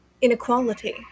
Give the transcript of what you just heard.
Inequality